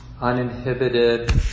uninhibited